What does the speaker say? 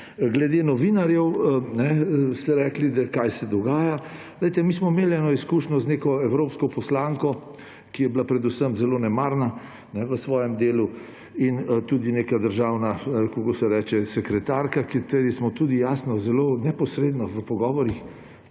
Glede novinarjev, ste rekli da, kaj se dogaja … Glejte, mi smo imeli eno izkušnjo z neko evropsko poslanko, ki je bila predvsem zelo nemarna v svojem delu, in tudi neka državna sekretarka, kateri smo tudi jasno, zelo neposredno v pogovorih